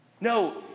No